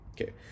Okay